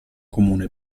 comune